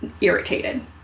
irritated